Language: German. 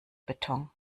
beton